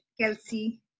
Kelsey